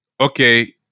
okay